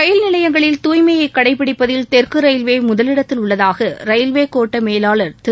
ரயில் நிலையங்களில் தாய்மையைக் கடைபிடிப்பதில் தெற்கு ரயில்வே முதலிடத்தில் உள்ளதாக ரயில்வே கோட்ட மேலாளா் திரு